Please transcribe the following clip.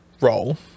roll